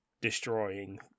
destroying